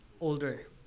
older